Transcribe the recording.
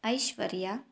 ಐಶ್ವರ್ಯ